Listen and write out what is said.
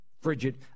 frigid